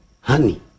honey